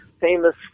famous